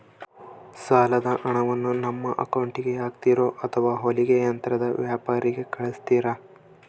ಸಾಲದ ಹಣವನ್ನು ನಮ್ಮ ಅಕೌಂಟಿಗೆ ಹಾಕ್ತಿರೋ ಅಥವಾ ಹೊಲಿಗೆ ಯಂತ್ರದ ವ್ಯಾಪಾರಿಗೆ ಕಳಿಸ್ತಿರಾ?